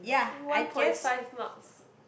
one point five marks